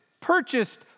purchased